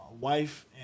wife